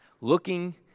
looking